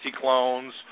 clones